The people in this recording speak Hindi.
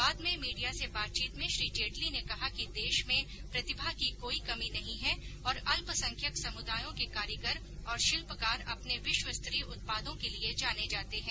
बाद में मीडिया से बातचीत में श्री जेटली ने कहा कि देश में प्रतिभा की कोई कमी नहीं है और अल्पसंख्यक समुदायों के कारीगर और शिल्पकार अपने विश्वस्तरीय उत्पादों के लिए जाने जाते हैं